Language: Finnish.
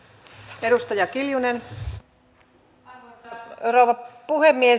arvoisa rouva puhemies